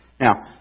Now